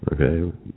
Okay